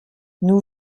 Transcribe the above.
nous